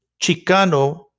Chicano